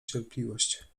cierpliwość